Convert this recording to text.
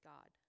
God